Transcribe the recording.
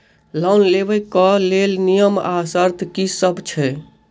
Loan लेबऽ कऽ लेल नियम आ शर्त की सब छई?